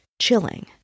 chilling